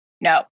No